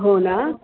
हो ना